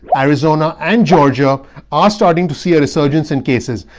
arizona and georgia are starting to see a resurgence in cases.